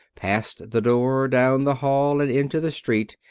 past the door, down the hall and into the street,